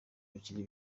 bikiri